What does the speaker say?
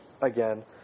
again